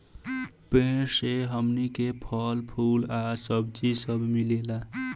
पेड़ से हमनी के फल, फूल आ सब्जी सब मिलेला